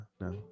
No